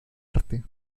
arte